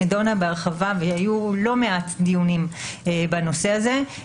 נידונה בהרחבה והיו לא מעט דיונים בנושא הזה.